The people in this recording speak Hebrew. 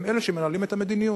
הם אלה שמנהלים את המדיניות,